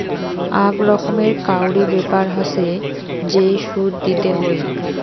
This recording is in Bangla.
আক রকমের কাউরি ব্যাপার হসে যেই সুদ দিতে হই